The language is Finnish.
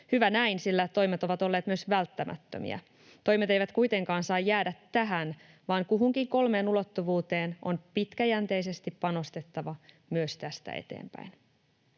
Hyvä näin, sillä toimet ovat olleet myös välttämättömiä. Toimet eivät kuitenkaan saa jäädä tähän, vaan kuhunkin kolmeen ulottuvuuteen on pitkäjänteisesti panostettava myös tästä eteenpäin.